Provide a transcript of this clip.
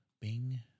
Bing